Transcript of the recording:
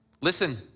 Listen